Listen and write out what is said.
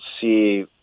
see